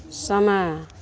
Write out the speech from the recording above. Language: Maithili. समय